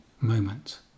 moment